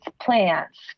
plants